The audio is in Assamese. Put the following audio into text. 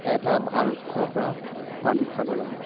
এটা ভাল উৎসৰপৰা পানী খাব লাগে